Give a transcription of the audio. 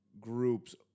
groups